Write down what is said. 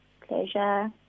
Pleasure